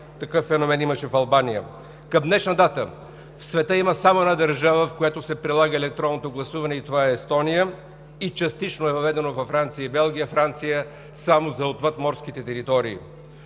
такъв феномен имаше в Албания. Към днешна дата в света има само една държава, в която се прилага електронното гласуване, и това е Естония, и частично е въведено във Франция и Белгия – във Франция, само за отвъд морските територии.